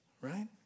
right